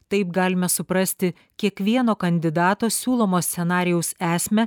taip galime suprasti kiekvieno kandidato siūlomo scenarijaus esmę